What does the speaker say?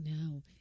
no